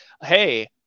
hey